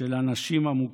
של הנשים המוכות?